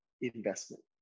investment